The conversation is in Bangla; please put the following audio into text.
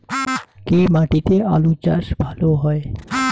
কি মাটিতে আলু চাষ ভালো হয়?